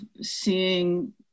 seeing